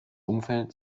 umfeld